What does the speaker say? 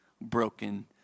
broken